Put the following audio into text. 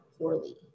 poorly